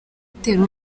atera